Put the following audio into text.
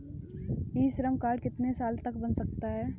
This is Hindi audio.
ई श्रम कार्ड कितने साल तक बन सकता है?